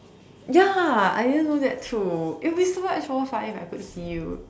ya I didn't know that too it will be so much more fun if I could see you